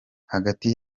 hagati